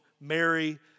Mary